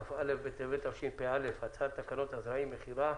כ"א בטבת התשפ"א, הצעת תקנות הזרעים (מכירה)